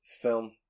film